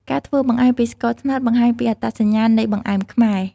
ការធ្វើបង្អែមពីស្ករត្នោតបង្ហាញពីអត្តសញ្ញាណនៃបង្អែមខ្មែរ។